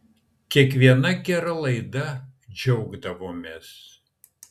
kiekviena gera laida džiaugdavomės